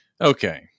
okay